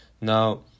now